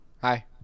Hi